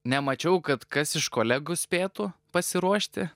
nemačiau kad kas iš kolegų spėtų pasiruošti